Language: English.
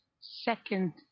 second